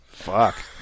fuck